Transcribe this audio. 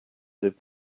did